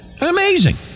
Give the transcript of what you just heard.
Amazing